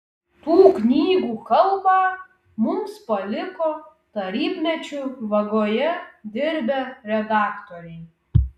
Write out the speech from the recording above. tų knygų kalbą mums paliko tarybmečiu vagoje dirbę redaktoriai